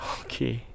okay